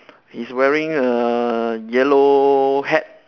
he's wearing a yellow hat